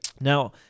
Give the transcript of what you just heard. Now